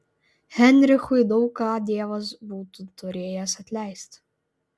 heinrichui daug ką dievas būtų turėjęs atleisti